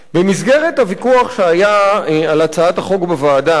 במסגרת הוויכוח שהיה על הצעת החוק בוועדה,